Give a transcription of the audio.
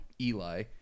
Eli